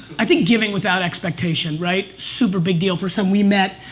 i think giving without expectation, right? super big deal for some we met.